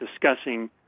discussing